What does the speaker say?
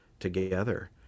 Together